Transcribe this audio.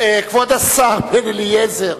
כבוד השר בן-אליעזר,